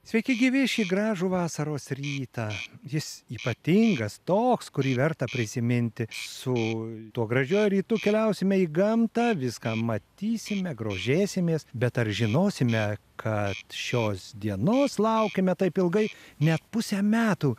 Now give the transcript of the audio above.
sveiki gyvi šį gražų vasaros rytą jis ypatingas toks kurį verta prisiminti su tuo gražiu rytu keliausime į gamtą viską matysime grožėsimės bet ar žinosime kad šios dienos laukiame taip ilgai net pusę metų